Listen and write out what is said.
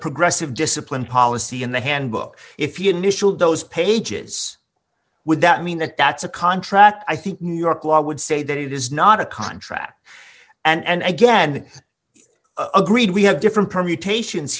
progressive discipline policy in the handbook if you nischelle those pages would that mean that that's a contract i think new york law would say that it is not a contract and again agreed we have different permutations